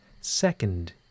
second